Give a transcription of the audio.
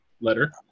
Letter